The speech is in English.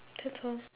that's all